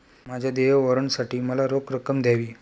माझ्या देय वॉरंटसाठी मला रोख रक्कम द्यावी